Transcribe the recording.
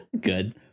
good